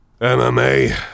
MMA